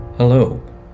Hello